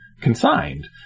consigned